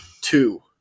Two